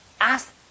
Ask